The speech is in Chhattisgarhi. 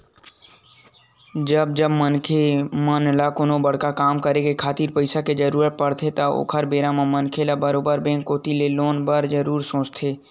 जब जब मनखे मन ल कोनो बड़का काम करे खातिर पइसा के जरुरत पड़थे त ओ बेरा मनखे मन ह बरोबर बेंक कोती ले लोन ले बर जरुर सोचथे